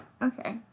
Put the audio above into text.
Okay